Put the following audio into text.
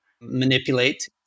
manipulate